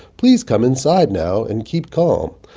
please come inside now and keep calm.